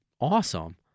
awesome